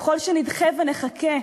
ככל שנדחה ונחכה,